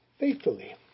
faithfully